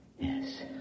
Yes